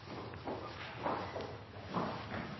tok